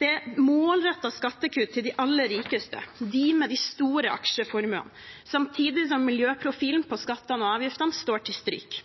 Det er målrettede skattekutt til de aller rikeste, dem med de store aksjeformuene, samtidig som miljøprofilen på skattene og avgiftene står til stryk.